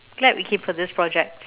glad we came for this project